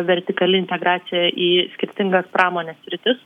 vertikali integracija į skirtingas pramonės sritis